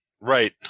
Right